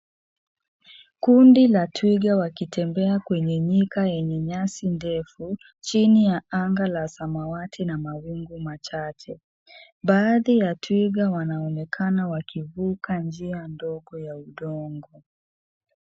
Kundi la twiga wakitembea kwenye nyika yenye nyasi ndefu chini ya anga ya samawati na mawingu machache. Baadhi ya twiga wanaonekana wakivuka njia ndogo ya udongo.